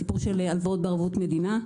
הסיפור של הלוואות בערבות מדינה.